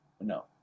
no